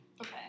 Okay